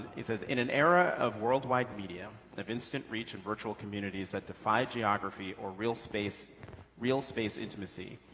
he says in an era of worldwide media of instant reach in virtual communities that defy geography or real space real space intimacy,